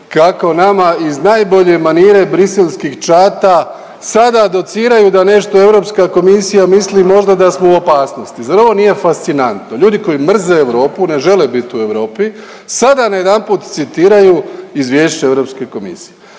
kako nama i uz najbolje manire briselskih čata sada dociraju da nešto Europska komisija misli možda da smo u opasnosti. Zar ovo nije fascinantno, ljudi koji mrze Europu, ne žele bit u Europi, sada najedanput citiraju izvješće Europske komisije?